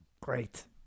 great